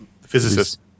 Physicist